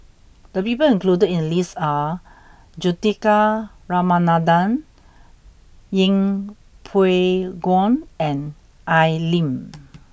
the people included in the list are Juthika Ramanathan Yeng Pway Ngon and Al Lim